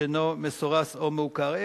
שאינו מסורס או מעוקר).